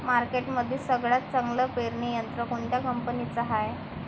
मार्केटमंदी सगळ्यात चांगलं पेरणी यंत्र कोनत्या कंपनीचं हाये?